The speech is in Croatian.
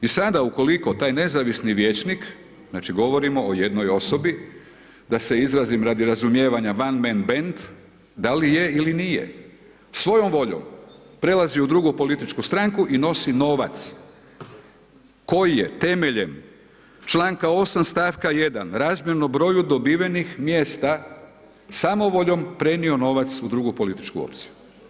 I sada ukoliko taj nezavisni vijećnik, znači govorimo o jednoj osobi da se izrazim radi razumijevanja one mann bend, da li je ili nije, svojom voljom prelazi u drugu političku stranku i nosi novac koji je temeljem članka 8. stavka 1. razmjerno broju dobivenih mjesta samovoljom prenio novac u drugu političku opciju.